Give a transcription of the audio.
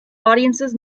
audiences